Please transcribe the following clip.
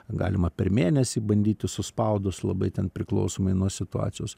galima per mėnesį bandyti suspaudus labai ten priklausomai nuo situacijos